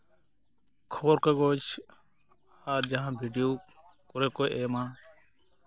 ᱠᱷᱚᱵᱚᱨ ᱠᱟᱜᱚᱡᱽ ᱟᱨ ᱡᱟᱦᱟᱸ ᱵᱷᱤᱰᱭᱳ ᱠᱚᱨᱮ ᱠᱚ ᱮᱢᱟ